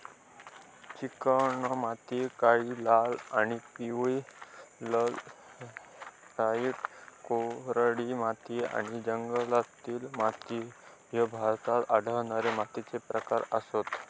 चिकणमाती, काळी, लाल आणि पिवळी लॅटराइट, कोरडी माती आणि जंगलातील माती ह्ये भारतात आढळणारे मातीचे प्रकार आसत